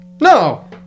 No